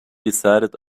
decided